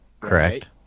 Correct